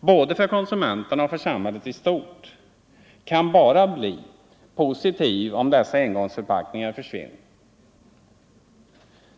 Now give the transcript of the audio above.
både för konsumenterna och för samhället i stort, kan bara 101 bli positiv om dessa engångsförpackningar försvinner.